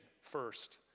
first